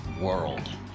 world